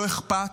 לא אכפת,